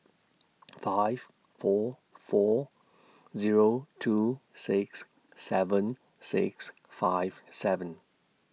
five four four Zero two six seven six five seven